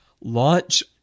launch